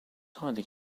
hiding